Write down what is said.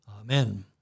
Amen